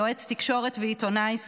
יועץ תקשורת ועיתונאי ישראלי.